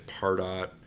Pardot